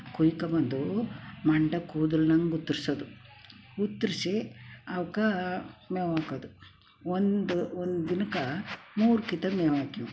ಕುಯ್ಕೊಂಡ್ಬಂದು ಮಂಡ ಕೂದಲ್ನಂಗೆ ಉತ್ತರಿಸೋದು ಉತ್ತರಿಸಿ ಅವಕ್ಕ ಮೇವು ಹಾಕೋದು ಒಂದು ಒಂದು ದಿನಕ್ಕೆ ಮೂರು ಕಿತ ಮೇವು ಹಾಕಿದ್ದು